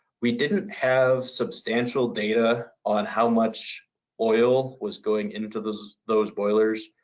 we didn't have substantial data on how much oil was going into those those boilers